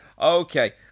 okay